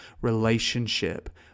relationship